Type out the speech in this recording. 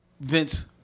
Vince